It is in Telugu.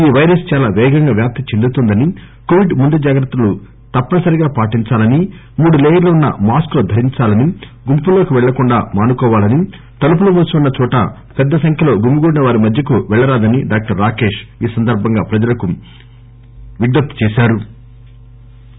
ఈ పైరస్ చాలా పేగంగా వ్యాప్తి చెందుతోందని కోవిడ్ ముందు జాగ్రత్తలు తప్పనిసరిగా పాటించాలని మూడు లేయర్లు ఉన్న మాస్కులు ధరించాలని గుంపులోకి పెల్లడం మానుకోవాలని తలుపులు మూసి వున్న చోట పెద్ద సంఖ్యలో గుమిగూడిన వారి మధ్యకు పెల్లరాదని డాక్టర్ రాకేష్ చెప్పారు